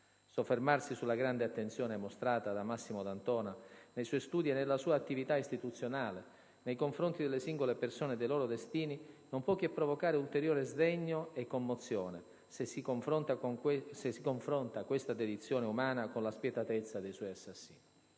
Soffermarsi sulla grande attenzione mostrata da Massimo D'Antona, nei suoi studi e nella sua attività istituzionale, nei confronti delle singole persone e dei loro destini, non può che provocare ulteriore sdegno e commozione, se si confronta questa dedizione umana con la spietatezza dei suoi assassini.